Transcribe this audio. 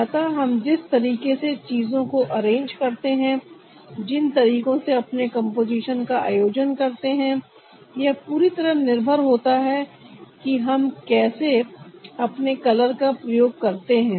अतः हम जिस तरीके से चीजों को अरेंज करते हैं जिन तरीकों से अपने कंपोजीशन का आयोजन करते हैं यह पूरी तरह निर्भर होता है कि हम कैसे अपने कलर का प्रयोग करते हैं